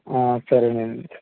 సరేనండి